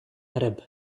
arab